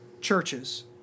churches